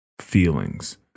feelings